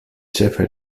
ĉefe